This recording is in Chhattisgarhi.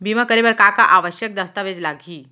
बीमा करे बर का का आवश्यक दस्तावेज लागही